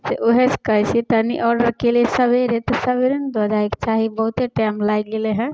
से ओहेसे कहै छी तनि ऑडर केलिए सबेरे तऽ सबेरे ने दऽ जाइके चाही बहुते टाइम लागि गेलै हँ